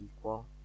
equal